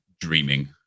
dreaming